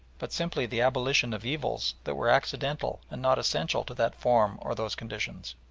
but simply the abolition of evils that were accidental and not essential to that form or those conditions.